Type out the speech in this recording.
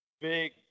big